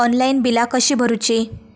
Online बिला कशी भरूची?